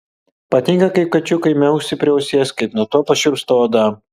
patinka kaip kačiukai miauksi prie ausies kaip nuo to pašiurpsta oda